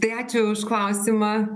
tai ačiū už klausimą